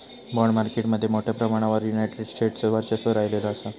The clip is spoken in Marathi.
बाँड मार्केट मध्ये मोठ्या प्रमाणावर युनायटेड स्टेट्सचो वर्चस्व राहिलेलो असा